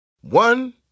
One